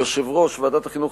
יושב-ראש ועדת החינוך,